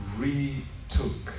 retook